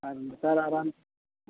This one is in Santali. ᱟᱨ ᱱᱮᱛᱟᱨᱟᱜ ᱨᱟᱱ